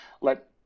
let